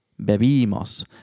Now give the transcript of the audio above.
Bebimos